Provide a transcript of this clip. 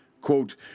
Quote